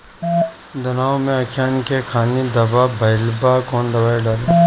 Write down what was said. धनवा मै अखियन के खानि धबा भयीलबा कौन दवाई डाले?